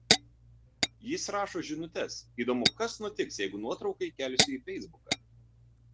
jis rašo žinutes įdomu kas nutiks jeigu nuotrauką įkelsiu į feisbuką